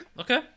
okay